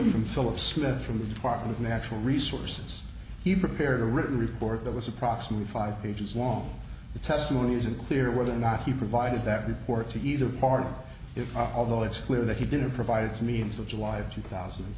philip smith from the department of natural resources he prepared a written report that was approximately five pages long the testimonies unclear whether or not he provided that report to either party or if although it's clear that he didn't provide a means of july of two thousand and